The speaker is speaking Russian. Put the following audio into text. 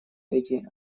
эти